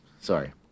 Sorry